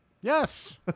yes